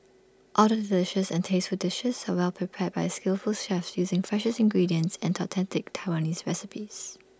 all the delicious and tasteful dishes are well prepared by skillful chefs using freshest ingredients and authentic Taiwanese recipes